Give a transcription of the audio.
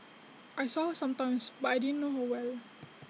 I saw her sometimes but I didn't know her well